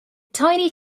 tiny